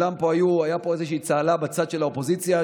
הייתה פה איזושהי צהלה בצד של האופוזיציה,